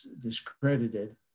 discredited